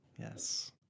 Yes